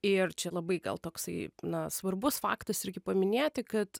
ir čia labai gal toksai na svarbus faktas irgi paminėti kad